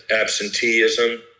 absenteeism